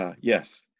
Yes